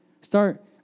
start